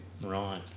right